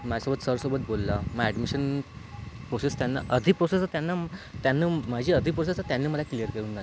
माझ्यासोबत सरसोबत बोलला मग ॲडमिशन प्रोसेस त्यांना अर्धी प्रोसेस तर त्यांना त्यांना माझी अर्धी प्रोसेस तर त्यांनी मला क्लिअर करून आणली होती